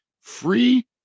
free